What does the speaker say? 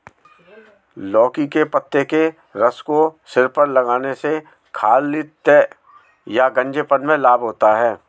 लौकी के पत्ते के रस को सिर पर लगाने से खालित्य या गंजेपन में लाभ होता है